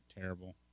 Terrible